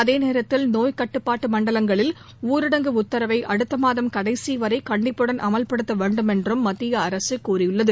அதே நேரத்தில் நோய் கட்டுப்பாட்டு மண்டலங்களில் ஊரடங்கு உத்தரவை அடுத்த மாதம் கடைசிவரை கண்டிப்புடன் அமல்படுத்த வேண்டுமென்றும் மத்திய அரசு கூறியுள்ளது